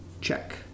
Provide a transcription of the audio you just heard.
check